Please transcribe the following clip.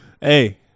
Hey